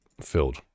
filled